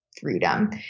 freedom